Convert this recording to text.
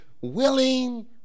Willing